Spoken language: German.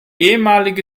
ehemalige